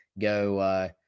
go